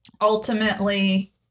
Ultimately